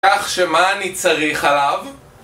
כך שמה אני צריך עליו?